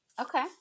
Okay